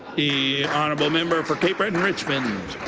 the honourable member for cape breton-richmond.